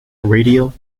radio